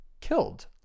killed